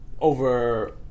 over